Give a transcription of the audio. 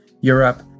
Europe